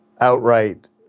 outright